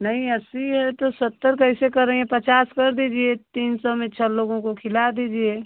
नहीं अस्सी है तो सत्तर कैसे करेंगे पचास करिए तीन सौ में छः लोगो को खिला दीजिए